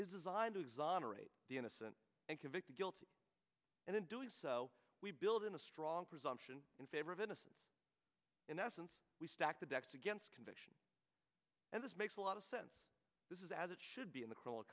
is designed to exonerate the innocent and convict the guilty and in doing so we build in a strong presumption in favor of innocence in essence we stack the decks against conviction and this makes a lot of sense this is as it should be in the c